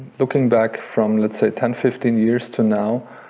looking back from let's say, ten, fifteen years to now,